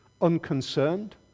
Unconcerned